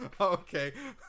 Okay